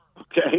okay